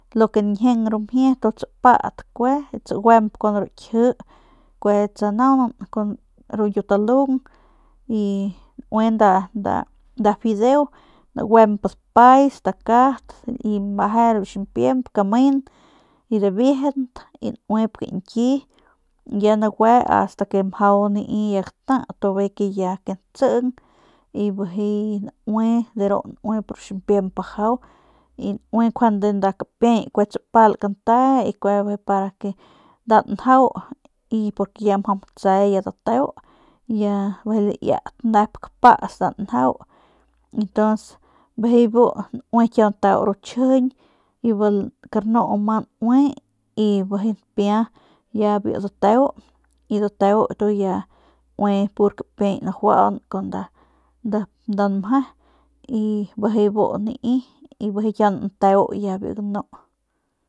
Lo que nañjieng ru mjie tsapat kue tsaguemp kun ru kji kue tsanaunan kun ru ñkiutalung y naue nda nda nda fideo naguemp dapay stakat y meje ru ximpiemp kamen y dibiejent y nauep kañki ya nague asta que mjau nai ya gata tu bijiy ya natsing y bijiy naue nauep ru ximpiemp bajau y njuande nda kapiey kue tsapal kante y para que nda njau y porque ya mjau matse ya mjau dateo ya bijiy laiat nep kapats nep nda njau y ntuns bijiy bu naue kiau nteo ru xhijiñ y bil karnu ma naue y bijiy napia ya biu dateu y dateu naue ya pur kapiey najuaun y nda p nda nmje y bijiy bu nai y bijiy ya nanteu ya biu ganu.